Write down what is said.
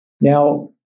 Now